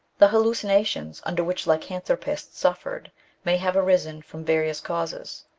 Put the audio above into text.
the hallucinations under which lycanthropists suf fered may have arisen from various causes.